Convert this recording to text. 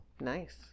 nice